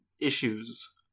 issues